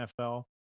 NFL